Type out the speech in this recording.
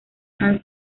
han